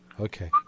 Okay